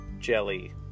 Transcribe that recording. Jelly